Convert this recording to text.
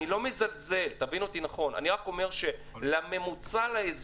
אני לא מזלזל תבין אותי נכון אני רק אומר שלממוצע לאזרח,